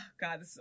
God